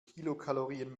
kilokalorien